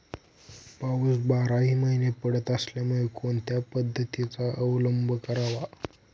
पाऊस बाराही महिने पडत असल्यामुळे कोणत्या पद्धतीचा अवलंब करावा?